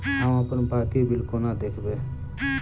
हम अप्पन बाकी बिल कोना देखबै?